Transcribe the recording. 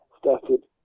started